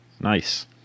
Nice